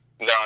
no